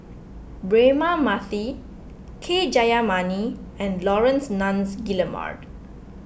Braema Mathi K Jayamani and Laurence Nunns Guillemard